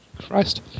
Christ